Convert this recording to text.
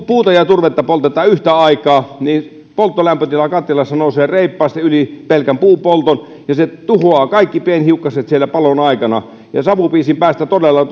puuta ja turvetta poltetaan yhtä aikaa niin polttolämpötila kattilassa nousee reippaasti yli pelkän puunpolton ja se tuhoaa kaikki pienhiukkaset siellä palon aikana ja savupiisin päästä todella